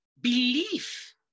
Belief